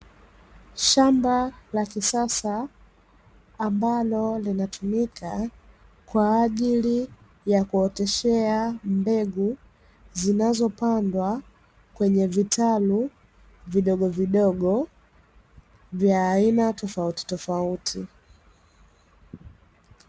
Shamba la kisasa ambalo linatumika kwa ajili ya kuoteshea mbegu zinazopandwa, kwenye vitalu vidogo vidogo vya aina tofauti tofauti.